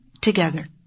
together